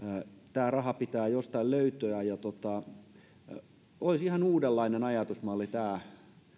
tämä raha pitää jostain löytyä ja olisi ihan uudenlainen ajatusmalli tämä